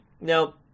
Now